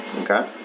Okay